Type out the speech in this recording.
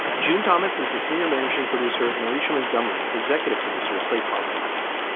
june thomas is the senior managing producer and alicia montgomery is executive producer of slate podcasts.